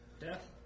death